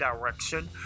direction